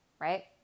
right